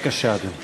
בבקשה, אדוני.